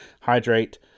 hydrate